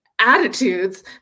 attitudes